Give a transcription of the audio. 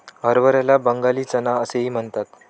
हरभऱ्याला बंगाली चना असेही म्हणतात